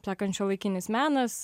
sakant šiuolaikinis menas